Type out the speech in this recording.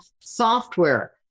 software